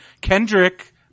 Kendrick